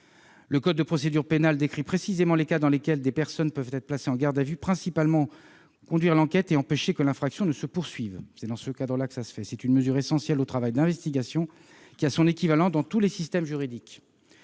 Le code de procédure pénale décrit précisément les cas dans lesquels des personnes peuvent être placées en garde à vue. Il s'agit, principalement, de conduire l'enquête et d'empêcher que l'infraction ne se poursuive. C'est une mesure essentielle au travail d'investigation, qui a son équivalent dans tous les systèmes juridiques.